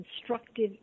constructive